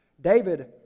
David